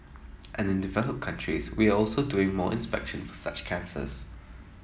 and in developed countries we are also doing more inspection for such cancers